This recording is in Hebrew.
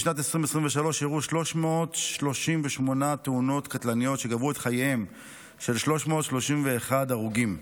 בשנת 2023 אירעו 338 תאונות קטלניות שגבו את חייהם של 331 הרוגים,